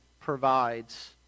provides